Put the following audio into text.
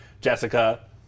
Jessica